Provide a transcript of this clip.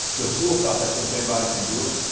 the school of thought that thinks anybody can do it,